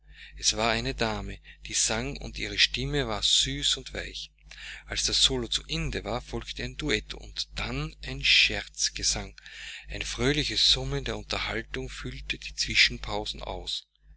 es war eine dame die sang und ihre stimme war süß und weich als das solo zu ende war folgte ein duett und dann ein scherzgesang ein fröhliches summen der unterhaltung füllte die zwischenpausen aus